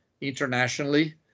internationally